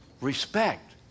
Respect